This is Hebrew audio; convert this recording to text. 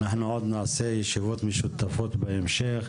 אנחנו נעשה עוד ישיבות משותפות בהמשך.